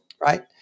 right